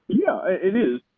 yeah, it is.